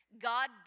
God